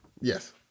Yes